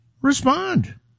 Respond